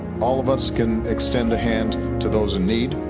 all of us can extend the hand to those in need.